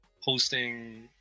hosting